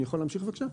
אני יכול להמשיך בבקשה?